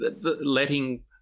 letting